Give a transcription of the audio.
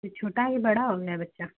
फिर छोटा है कि बड़ा हो गया बच्चा